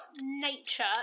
nature